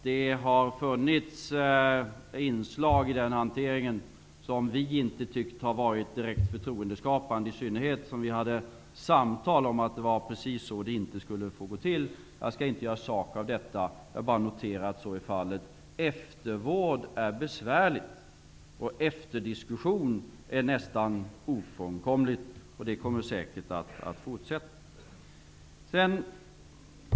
Det har funnits inslag i den hanteringen som vi inte tyckt har varit direkt förtroendeskapande, i synnerhet som det hade förts samtal om att det var precis så det inte skulle få gå till. Jag skall inte göra sak av detta. Jag bara noterar att så är fallet. Eftervård är besvärlig, och efterdiskussion är nästan ofrånkomlig. Den kommer säkert att fortsätta.